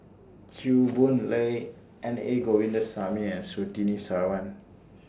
Chew Boon Lay N A Govindasamy and Surtini Sarwan